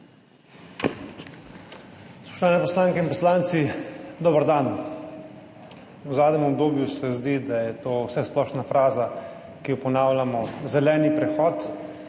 Spoštovani poslanke in poslanci, dober dan! V zadnjem obdobju se zdi, da je to vsesplošna fraza, ki jo ponavljamo – zeleni prehod